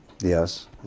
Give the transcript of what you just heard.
Yes